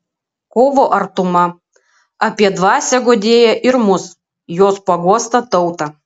kovo artuma apie dvasią guodėją ir mus jos paguostą tautą